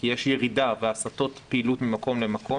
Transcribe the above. כי יש ירידה בהסטות פעילות ממקום למקום